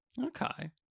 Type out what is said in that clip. Okay